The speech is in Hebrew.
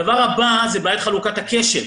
הדבר הבא הוא בעיית חלוקת הקשב.